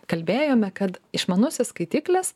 kalbėjome kad išmanusis skaitiklis